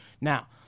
Now